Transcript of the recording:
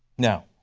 now,